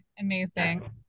amazing